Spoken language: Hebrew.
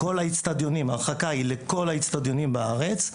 ההרחקה היא לכל האצטדיונים בארץ.